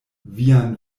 vian